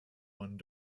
one